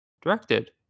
directed